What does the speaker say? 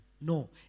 No